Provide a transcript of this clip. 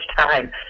time